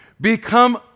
become